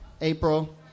April